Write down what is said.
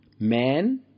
Man